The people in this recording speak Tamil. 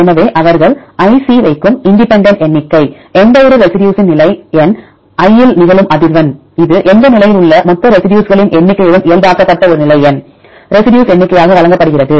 எனவே அவர்கள் ic வைக்கும் இண்டிபெண்டன்ட் எண்ணிக்கை எந்தவொரு ரெசிடியூஸ்ன் நிலை எண் i இல் நிகழும் அதிர்வெண் இது எந்த நிலையில் உள்ள மொத்த ரெசிடியூஸ்களின் எண்ணிக்கையுடன் இயல்பாக்கப்பட்ட ஒரு நிலை எண் ரெசிடியூஸ் எண்ணிக்கையாக வழங்கப்படுகிறது